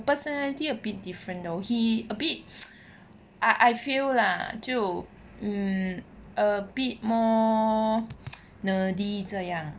personality a bit different though he a bit I I feel lah 就 mm a bit more nerdy 这样